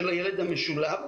בבית.